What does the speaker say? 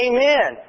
Amen